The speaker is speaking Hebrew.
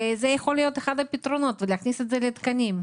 זה יכול להיות אחד הפתרונות ולהכניס את זה לתקנים.